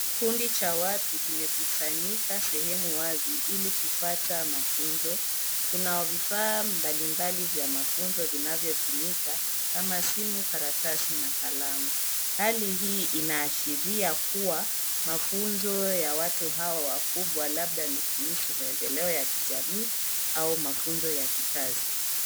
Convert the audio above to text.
Kikundi cha watu kimekusanyika sehemu wazi ili kupata mafunzo. Kuna vifaa mbali mbali vya mafunzo vinavyotumika kama simu, karatasi na kalamu. Hali hii inaashiria kuwa mafunzo ya watu hawa wakubwa labda ni kuhusu maendeleo ya kijamii au mafuzo ya kikazi.